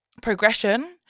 progression